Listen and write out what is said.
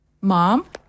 Mom